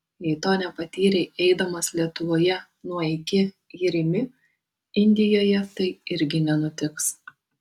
jei to nepatyrei eidamas lietuvoje nuo iki į rimi indijoje tai irgi nenutiks